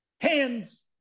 hands